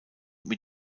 mit